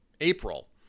April